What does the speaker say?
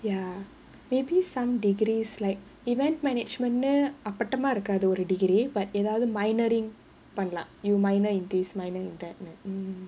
ya maybe some degrees like event management அப்பட்டமா இருக்காது ஒரு:apattamaa irukkaathu oru degree but எதாவது:edhaavadhu minoring பண்ணலாம்:pannalaam you minor in this minor in that hmm